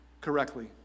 correctly